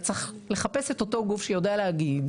אז צריך לחפש את אותו גוף שיודע להגיד,